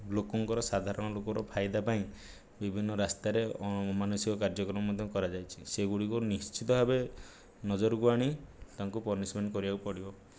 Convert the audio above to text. ଲୋକଙ୍କର ସାଧାରଣ ଲୋକର ଫାଇଦା ପାଇଁ ବିଭିନ୍ନ ରାସ୍ତାରେ ଅମାନୁସିକ କାର୍ଯ୍ୟକ୍ରମ ମଧ୍ୟ କରାଯାଇଛି ସେଗୁଡ଼ିକୁ ନିଶ୍ଚିତ ଭାବେ ନଜରକୁ ଆଣି ଟାଙ୍କୁ ପନିଶ୍ମେଣ୍ଟ୍ କରିବାକୁ ପଡ଼ିବ